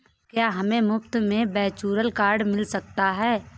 क्या हमें मुफ़्त में वर्चुअल कार्ड मिल सकता है?